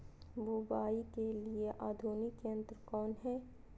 बुवाई के लिए आधुनिक यंत्र कौन हैय?